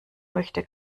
möchte